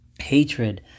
hatred